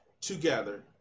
together